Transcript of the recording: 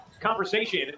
conversation